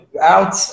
out